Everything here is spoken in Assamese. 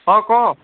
অঁ ক'